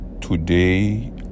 today